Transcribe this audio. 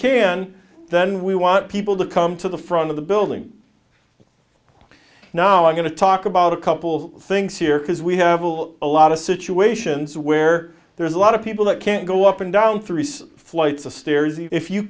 can then we want people to come to the front of the building now i'm going to talk about a couple things here because we have all a lot of situations where there's a lot of people that can go up and down three flights of stairs if you